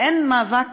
אין מאבק